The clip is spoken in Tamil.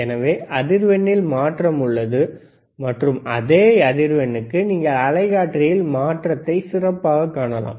எனவே அதிர்வெண்ணில் மாற்றம் உள்ளது மற்றும் அதே அதிர்வெண்ணிற்கு நீங்கள் அலைக்காட்டியில் மாற்றத்தை சிறப்பாகக் காணலாம்